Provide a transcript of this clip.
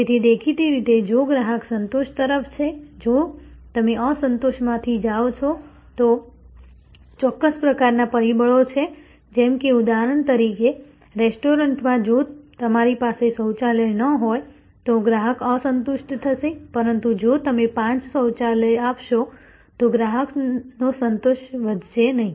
તેથી દેખીતી રીતે જો ગ્રાહક સંતોષ તરફ છે જો તમે અસંતોષમાંથી જાઓ છો તો ચોક્કસ પ્રકારના પરિબળો છે જેમ કે ઉદાહરણ તરીકે રેસ્ટોરન્ટમાં જો તમારી પાસે શૌચાલય ન હોય તો ગ્રાહક અસંતુષ્ટ થશે પરંતુ જો તમે પાંચ શૌચાલય આપશો તો ગ્રાહકનો સંતોષ વધશે નહીં